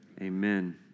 amen